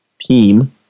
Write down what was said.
team